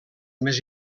més